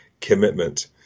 commitment